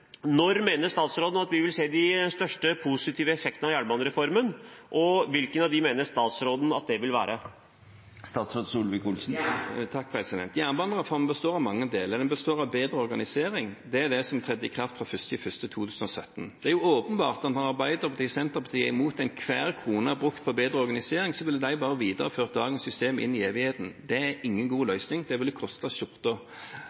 Når mener statsråden at vi vil se de største positive effektene av jernbanereformen, og hvilken av dem mener statsråden at det vil være? Jernbanereformen består av mange deler. Den består av bedre organisering. Det er det som trådte i kraft fra 1. januar 2017. Det er åpenbart at Arbeiderpartiet og Senterpartiet er imot hver krone brukt på bedre organisering, de ville bare videreført dagens system inn i evigheten. Det er ingen god